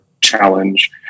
challenge